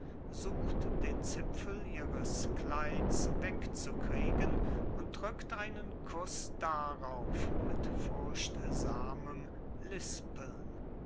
sucht den zipfel ihres kleides wegzukriegen und drückt einen kuß darauf mit furchtsamem lispeln